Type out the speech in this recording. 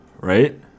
right